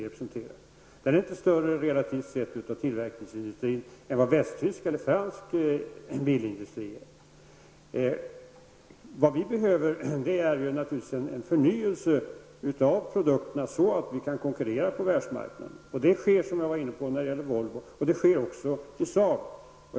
Vårt lands bilindustri utgör inte större andel relativt sett av tillverkningsindustrin än vad Västtysklands eller Frankrikes bilindustri utgör. Det behövs naturligtvis en förnyelse av produkterna, så att vi kan konkurrera på världsmarknaden. Som jag tidigare var inne på sker det en förnyelse när det gäller såväl Volvo som Saab.